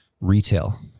retail